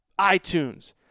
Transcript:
iTunes